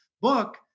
book